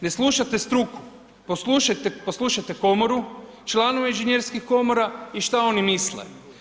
Ne slušate struku, poslušajte komoru, članove inženjerskih komora i šta oni misle.